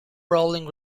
rolling